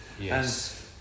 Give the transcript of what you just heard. Yes